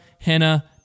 henna